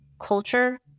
Culture